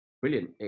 brilliant